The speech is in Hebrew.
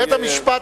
בית-המשפט,